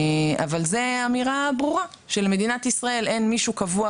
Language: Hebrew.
אבל זו אמירה ברורה שלמדינת ישראל אין מישהו קבוע